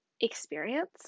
experience